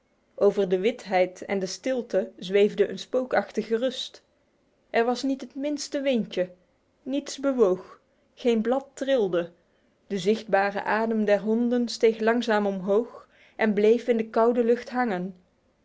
over de witheid en de stilte zweefde een spookachtige rust er was niet het minste windje niets bewoog geen blad trilde de zichtbare adem der honden steeg langzaam omhoog en bleef in de koude lucht hangen